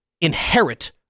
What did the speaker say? inherit